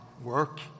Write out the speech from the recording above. work